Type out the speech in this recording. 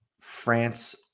France